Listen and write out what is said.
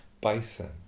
bison